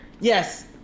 Yes